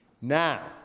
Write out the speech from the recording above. Now